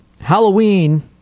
Halloween